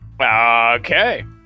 Okay